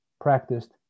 practiced